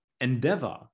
endeavor